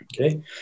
okay